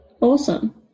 Awesome